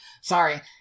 Sorry